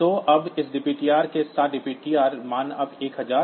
तो अब इस dptr के साथ sjmp मान अब 1001 है